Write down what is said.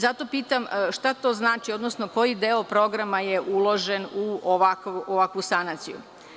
Zato pitam šta to znači, odnosno koji deo programa je uložen u ovakvu sanaciju?